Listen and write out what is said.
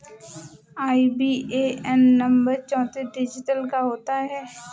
IBAN नंबर चौतीस digit का होता है